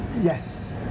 Yes